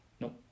Nope